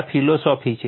આ ફિલોસોફી છે